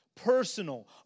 personal